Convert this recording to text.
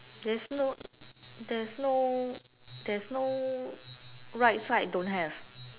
there's no there's no there's no right side don't have